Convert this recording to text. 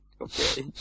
Okay